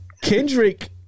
Kendrick